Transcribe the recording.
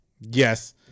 yes